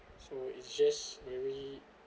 so it's just very